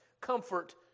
comfort